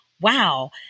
wow